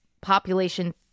population